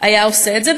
היה עושה את זה,